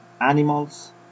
animals